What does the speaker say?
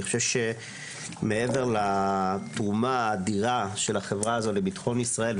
אני חושב שמעבר לתרומה האדירה של החברה הזו לביטחון ישראל,